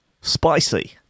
spicy